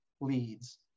leads